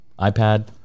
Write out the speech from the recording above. iPad